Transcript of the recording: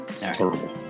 terrible